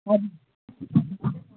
हजुर